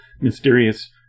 mysterious